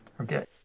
Okay